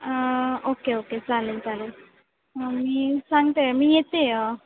okay okay चालेल चालेल मी सांगते मी येते